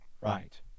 Right